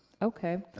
okay.